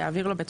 יעביר לו,